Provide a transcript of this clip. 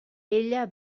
ella